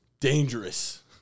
Dangerous